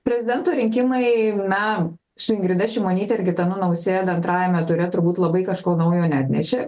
prezidento rinkimai na su ingrida šimonyte ir gitanu nausėda antrajame ture turbūt labai kažko naujo neatnešė